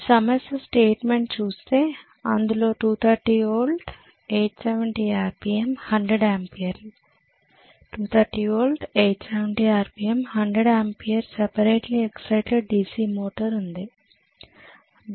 ఈ సమస్య స్టేట్మెంట్ చూస్తే అందులో 230 వోల్ట్ 870 ఆర్పిఎమ్ 100 ఆంపియర్లు 230 volt 870 RPM 100 ampere separately excited DC motor ఉంది